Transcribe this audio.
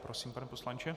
Prosím, pane poslanče.